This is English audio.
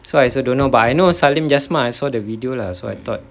so I also don't know but I know salim jasman I saw the video lah so I thought